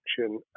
action